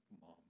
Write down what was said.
mom